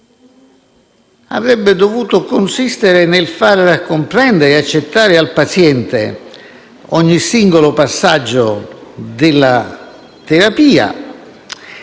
avrebbe dovuto consistere nel far comprendere e accettare al paziente ogni singolo passaggio della terapia